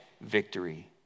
victory